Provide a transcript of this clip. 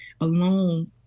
alone